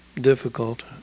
difficult